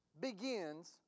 begins